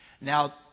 Now